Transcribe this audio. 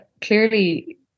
clearly